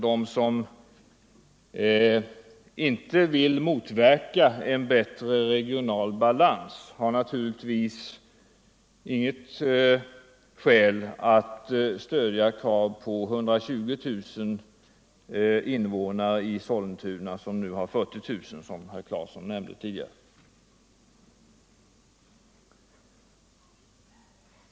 De som inte vill motverka en bättre regional balans har naturligtvis inget skäl att stödja tidigare krav på 120 000 invånare i Sollentuna, som nu har 40 000, vilket herr Claeson nämnde tidigare.